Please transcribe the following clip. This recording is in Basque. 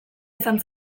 izan